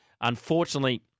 Unfortunately